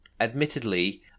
Admittedly